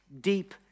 deep